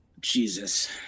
jesus